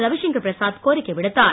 ரவிசங்கர் பிரசாத் கோரிக்கை விடுத்தார்